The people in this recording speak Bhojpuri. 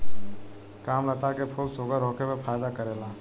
कामलता के फूल शुगर होखे पर फायदा करेला